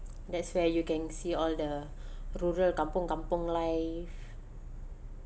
that's where you can see all the rural kampung kampung life